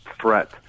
threat